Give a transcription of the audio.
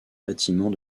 bâtiment